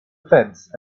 fence